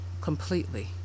completely